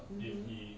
um hmm